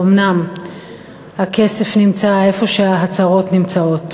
האומנם הכסף נמצא איפה שההצהרות נמצאות?